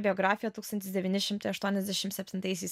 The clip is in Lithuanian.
biografiją tūkstantis devyni šimtai aštuoniasdešim septintaisiais